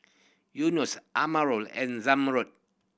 Yunos Amirul and Zamrud